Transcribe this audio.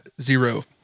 zero